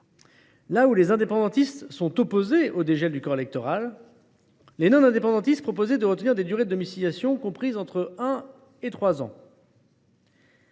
Là où les indépendantistes sont opposés au dégel du corps électoral, les non indépendantistes proposaient de retenir des durées de domiciliation comprises entre un et trois